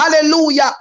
hallelujah